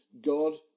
God